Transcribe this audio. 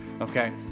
okay